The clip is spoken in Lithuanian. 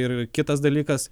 ir kitas dalykas